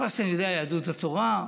חיפשתי יהדות התורה.